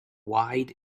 wide